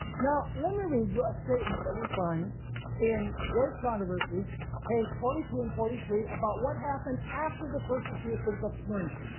now let me read you a statement that we find in great controversy page forty two and forty three about what happened after the persecutions of smyrna.